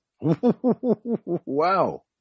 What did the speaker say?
Wow